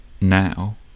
now